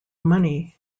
money